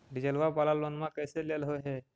डीजलवा वाला लोनवा कैसे लेलहो हे?